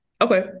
Okay